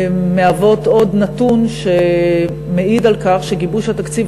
מהוות עוד נתון שמעיד על כך שגיבוש התקציב